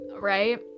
right